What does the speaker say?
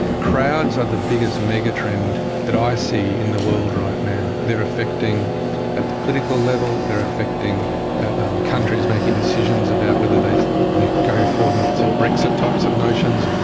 crowds are the biggest megatrend that i see in the world right now. they are affecting at the political level, they are affecting at countries making decisions about whether they go forward and into brexit types of notions,